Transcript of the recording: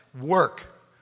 work